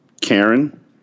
Karen